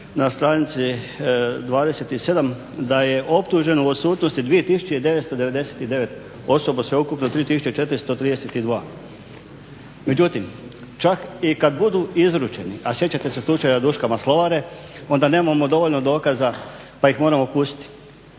na stranici 27 da je optužen u odsutnosti 2999 osoba, sveukupno 3432. Međutim čak i kad budu izručeni, a sjećate se slučaja Duška Maslovare, onda nemamo dovoljno dokaza pa ih moramo pustiti.